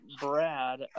Brad